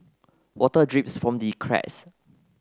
water drips from the cracks